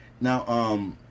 Now